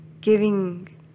giving